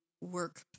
work